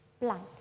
blank